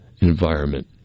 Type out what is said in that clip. environment